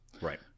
Right